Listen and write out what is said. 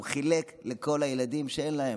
הוא חילק לכל הילדים שאין להם.